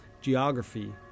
geography